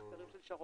השר